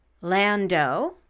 Lando